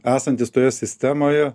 esantys toje sistemoje